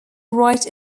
write